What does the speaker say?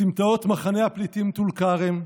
בסמטאות מחנה הפליטים טול כרם.